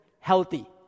Healthy